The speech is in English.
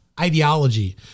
ideology